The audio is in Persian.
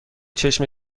چشم